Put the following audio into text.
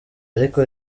ariko